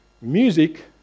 music